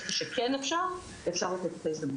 איפה שכן זה אפשרי אפשר ניתן לתת את ההזדמנות.